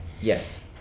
yes